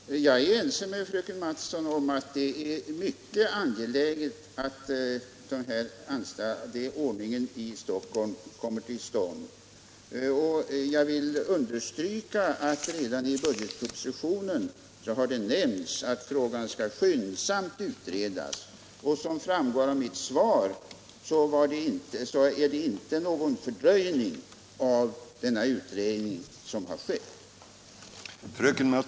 Herr talman! Jag är ense med fröken Mattson om att det är mycket angeläget att denna anstalt i Stockholm kommer till stånd, och jag vill understryka att det redan i budgetpropositionen har nämnts att frågan skyndsamt skall utredas. Som framgår av mitt svar är det inte någon fördröjning av utredningen som har skett.